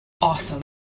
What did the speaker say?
awesome